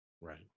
Right